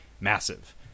massive